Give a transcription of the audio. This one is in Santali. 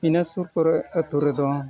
ᱤᱱᱟᱹ ᱥᱩᱨ ᱠᱚᱨᱮᱫ ᱟᱹᱛᱩ ᱨᱮᱫᱚ